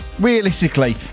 realistically